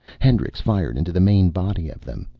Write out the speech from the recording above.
hendricks fired into the main body of them.